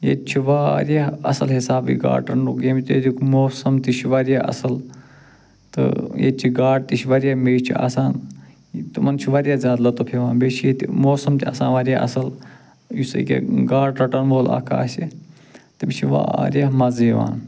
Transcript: ییٚتہِ چھِ واریاہ اصٕل حِسابٕکۍ یِیٚتیٛک موسم تہِ چھُ واریاہ اصٕل تہٕ ییٚتچہٕ گاڑٕ تہِ چھِ واریاہ میچھہِ آسان تِمن چھُ واریاہ زیادٕ لطف یِوان بییٚہِ چھِ ییٚتہِ موسم تہِ آسان واریاہ اصٕل یُس ییٚکہِ گاڑٕ رٹن وول اکھ آسہِ تٔمِس چھُ واریاہ مزٕ یِوان